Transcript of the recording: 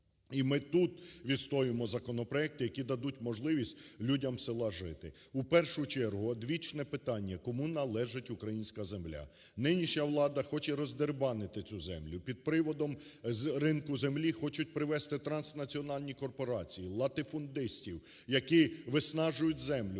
і ми тут відстоюємо законопроекти, які дадуть можливість людям села жити. У першу чергу, одвічне питання, кому належить українська земля? Нинішня влада хоче роздерибанити цю землю під приводом ринку землі хочуть привести транснаціональні корпорації, латифундистів, які виснажують землю